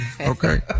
Okay